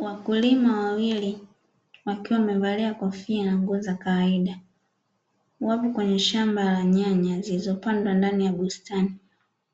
Wakulima wawili wakiwa wamevalia kofia na nguo za kwaida wapo kwenye shamba la nyanya zilizopandwa ndani ya bustani,